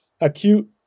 acute